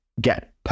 get